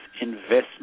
Investment